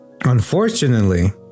Unfortunately